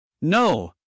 No